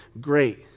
great